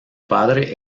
padre